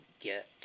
get